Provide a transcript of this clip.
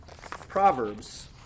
Proverbs